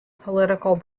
political